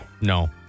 No